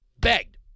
Begged